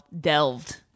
delved